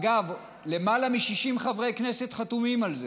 אגב, למעלה מ-60 חברי כנסת חתומים על זה.